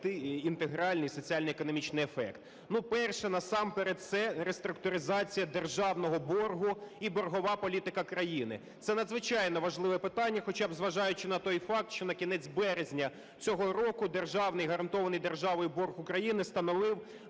інтегральний соціально-економічний ефект. Перше, насамперед, це реструктуризація державного боргу і боргова політика країни. Це надзвичайно важливе питання, хоча б зважаючи на той факт, що на кінець березня цього року державний, гарантований державою борг України становив